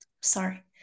sorry